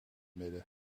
midden